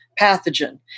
pathogen